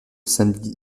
samedi